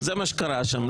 זה מה שקרה שם,